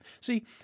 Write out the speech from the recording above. See